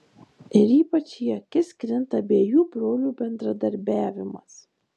ir ypač į akis krinta abiejų brolių bendradarbiavimas